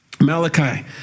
Malachi